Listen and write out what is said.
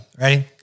Ready